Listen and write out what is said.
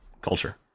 culture